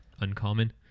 uncommon